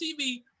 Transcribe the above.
TV